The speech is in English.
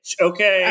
Okay